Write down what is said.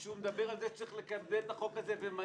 כשהוא מדבר על כך שצריך לקדם את החוק הזה ומהר,